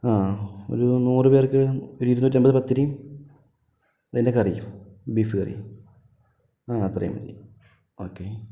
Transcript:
ആ ഒരു നൂറു പേർക്ക് ഒരിരുന്നൂറ്റൻപത് പത്തിരിയും അതിൻ്റെ കറിയും ബീഫ് കറി ആ അത്രയും മതി ഓക്കേ